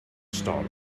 storm